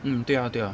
mm 对啊对啊